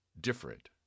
different